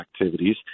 activities